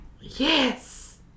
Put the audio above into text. Yes